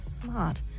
Smart